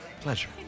pleasure